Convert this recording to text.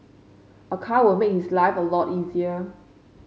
a car will make his life a lot easier